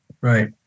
Right